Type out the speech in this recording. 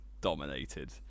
dominated